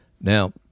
Now